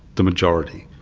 the majority.